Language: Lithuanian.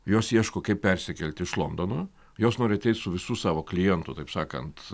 jos ieško kaip persikelt iš londono jos nori su visu savo klientų taip sakant